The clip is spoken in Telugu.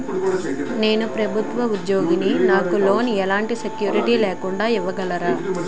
నేను ప్రభుత్వ ఉద్యోగిని, నాకు లోన్ ఎలాంటి సెక్యూరిటీ లేకుండా ఇవ్వగలరా?